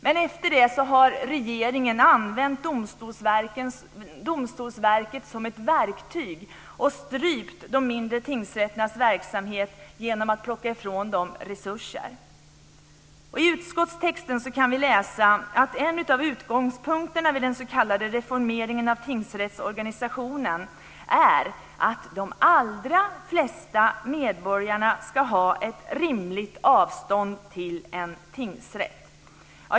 Men efter det har regeringen använt Domstolsverket som ett verktyg och strypt de mindre tingsrätternas verksamhet genom att plocka ifrån dem resurser. I utskottstexten kan vi läsa att en av utgångspunkterna vid den s.k. reformeringen av tingsrättsorganisationen är att de allra flesta medborgarna ska ha rimligt avstånd till en tingsrätt.